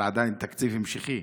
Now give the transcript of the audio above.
על תקציב המשכי,